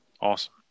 awesome